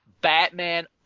Batman